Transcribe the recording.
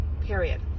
period